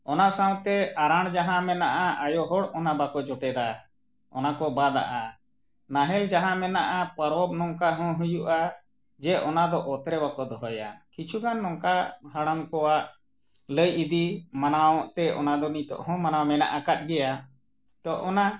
ᱚᱱᱟ ᱥᱟᱶᱛᱮ ᱟᱨᱟᱬ ᱡᱟᱦᱟᱸ ᱢᱮᱱᱟᱜᱼᱟ ᱟᱭᱳ ᱦᱚᱲ ᱚᱱᱟ ᱵᱟᱠᱚ ᱡᱚᱴᱮᱫᱟ ᱚᱱᱟ ᱠᱚ ᱵᱟᱫᱟᱜᱼᱟ ᱱᱟᱦᱮᱞ ᱡᱟᱦᱟᱸ ᱢᱮᱱᱟᱜᱼᱟ ᱯᱚᱨᱚᱵᱽ ᱱᱚᱝᱠᱟ ᱦᱚᱸ ᱦᱩᱭᱩᱜᱼᱟ ᱡᱮ ᱚᱱᱟ ᱫᱚ ᱚᱛᱨᱮ ᱵᱟᱠᱚ ᱫᱚᱦᱚᱭᱟ ᱠᱤᱪᱷᱩ ᱜᱟᱱ ᱱᱚᱝᱠᱟ ᱦᱟᱲᱟᱢ ᱠᱚᱣᱟᱜ ᱞᱟᱹᱭ ᱤᱫᱤ ᱢᱟᱱᱟᱣᱚᱜ ᱛᱮ ᱚᱱᱟ ᱫᱚ ᱱᱤᱛᱳᱜ ᱦᱚᱸ ᱢᱟᱱᱟᱣ ᱢᱮᱱᱟᱜ ᱟᱠᱟᱫ ᱜᱮᱭᱟ ᱛᱚ ᱚᱱᱟ